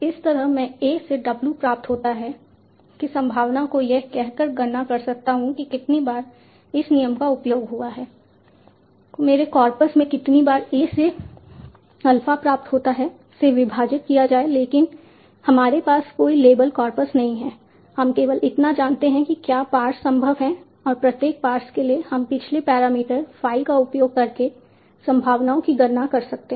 इसी तरह मैं a से W प्राप्त होता है की संभावना को यह कह कर गणना कर सकता हूं कि कितनी बार इस नियम का उपयोग हुआ है को मेरे कॉर्पस में जितनी बार a से अल्फा प्राप्त होता है से विभाजित किया जाए लेकिन हमारे पास कोई लेबल कॉर्पस नहीं है हम केवल इतना जानते हैं कि क्या पार्स संभव है और प्रत्येक पार्स के लिए हम पिछले पैरामीटर phi का उपयोग करके संभावनाओं की गणना कर सकते हैं